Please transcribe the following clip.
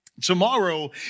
Tomorrow